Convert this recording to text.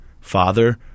father